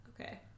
Okay